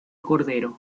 cordero